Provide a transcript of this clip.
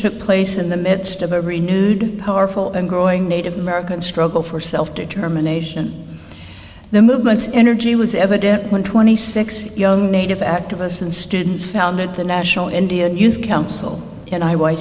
took place in the midst of a renewed powerful and growing native american struggle for self determination the movement's energy was evident when twenty six young native activists and students founded the national india youth council and i